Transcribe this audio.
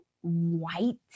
white